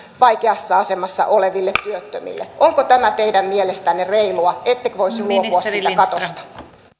vaikeassa asemassa oleville työttömille onko tämä teidän mielestänne reilua ettekö voisi luopua siitä katosta